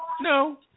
no